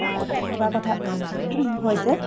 তেনেকুৱা কথা হৈছে